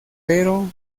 pero